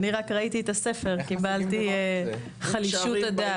אני רק ראיתי את הספר, קיבלתי חלישות הדעת.